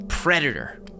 predator